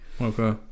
Okay